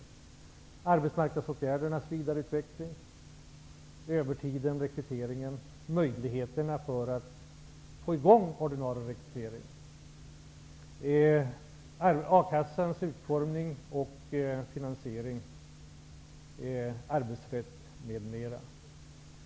Det kan exempelvis gälla arbetsmarknadsåtgärdernas vidareutveckling, övertiden, rekryteringen -- och möjligheterna för att få i gång ordinarie rekrytering -- a-kassans utformning och finansiering samt arbetsrätt m.m.